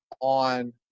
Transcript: on